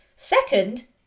second